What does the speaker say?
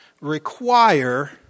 require